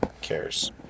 cares